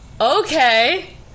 okay